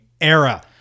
era